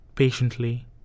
Patiently